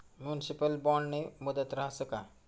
Municipal बॉन्डनी मुदत रहास का?